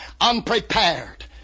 unprepared